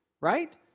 Right